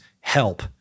help